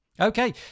Okay